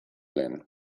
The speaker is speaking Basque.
lehen